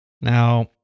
Now